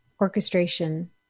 orchestration